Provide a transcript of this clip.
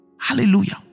Hallelujah